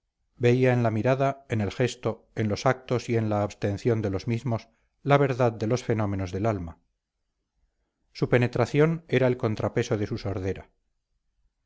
en la mirada en el gesto en los actos y en la abstención de los mismos la verdad de los fenómenos del alma su penetración era el contrapeso de su sordera